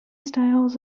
styles